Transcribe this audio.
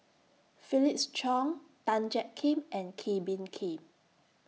Felix Cheong Tan Jiak Kim and Kee Bee Khim